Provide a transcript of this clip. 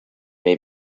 may